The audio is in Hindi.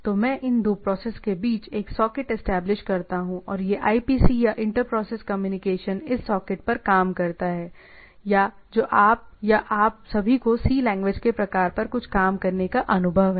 तो मैं इन दो प्रोसेसेस के बीच एक सॉकेट एस्टेब्लिश करता हूं और यहआईपीसी या इंटर प्रोसेस कम्युनिकेशन इस सॉकेट पर काम करता है या जो आप या आप सभी को C लैंग्वेज के प्रकार पर कुछ काम करने का अनुभव है